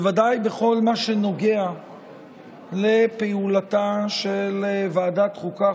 בוודאי בכל מה שנוגע לפעולתה של ועדת החוקה,